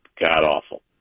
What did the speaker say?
god-awful